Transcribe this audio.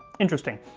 interesting,